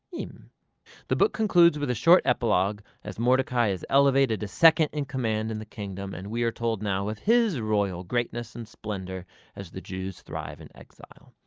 um the book concludes with a short epilogue as mordecai is elevated to second in command in the kingdom. and we are told now with his royal greatness and splendor as the jews thrive in exile.